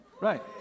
Right